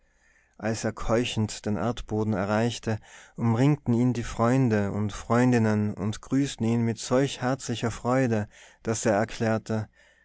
als er keuchend den erdboden erreichte umringten ihn die freunde und freundinnen und grüßten ihn mit solch herzlicher freude daß er erklärte